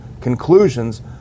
conclusions